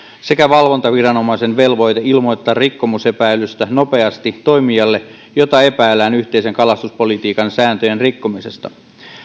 sekä valvontaviranomaisen velvoite ilmoittaa rikkomusepäilystä nopeasti toimijalle jota epäillään yhteisen kalastuspolitiikan sääntöjen rikkomisesta